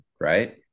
right